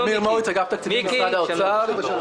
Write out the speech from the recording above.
אמיר מוריץ, אגף תקציבים במשרד האוצר.